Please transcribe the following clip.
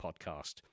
Podcast